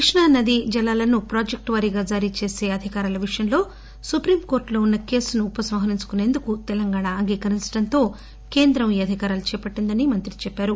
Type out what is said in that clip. కృష్ణా నదీ జలాలను ప్రాజెక్టు వారీగా జారీ చేసే అధికారాల విషయంలో సుప్రీంకోర్టులో ఉన్న కేసు ఉపసంహరించుకుసేందుకు తెలంగాణ అంగీకరించడంతో కేంద్రం ఈ అధికారాలు చేపట్టిందని మంత్రి చెప్పారు